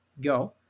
go